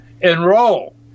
enroll